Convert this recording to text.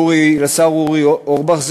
לשר אורי אורבך,